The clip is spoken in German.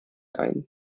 ein